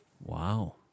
Wow